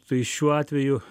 tai šiuo atveju